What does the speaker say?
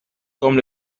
comme